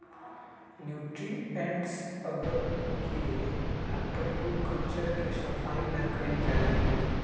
nutrients अगर के प्रयोग कल्चर के सफाई ला कइल जाहई